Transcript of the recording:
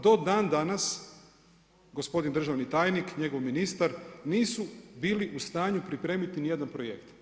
Do dan danas gospodin državni tajnik, njegov ministar nisu bili u stanju pripremiti ni jedan projekt.